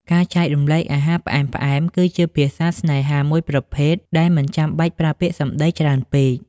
ការចែករំលែកអាហារផ្អែមៗគឺជាភាសាស្នេហាមួយប្រភេទដែលមិនចាំបាច់ប្រើពាក្យសម្តីច្រើនពេក។